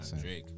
Drake